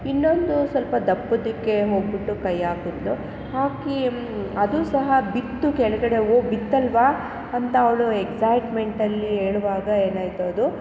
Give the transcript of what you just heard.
ಇನ್ನೊಂದು ಸ್ವಲ್ಪ ದಪ್ಪದಿಕ್ಕೆ ಹೋಗಿಬಿಟ್ಟು ಕೈ ಹಾಕಿದ್ಲು ಹಾಕಿ ಅದು ಸಹ ಬಿತ್ತು ಕೆಳಗಡೆ ಓ ಬಿತ್ತಲ್ವ ಅಂತ ಅವಳು ಎಗ್ಸೈಟ್ಮೆಂಟಲ್ಲಿ ಹೇಳುವಾಗ ಏನಾಯಿತು ಅದು